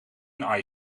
een